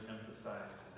emphasized